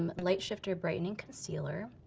um light shifter brightening concealer.